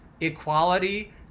equality